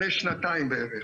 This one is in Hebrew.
לפני שנתיים-שלוש בערך.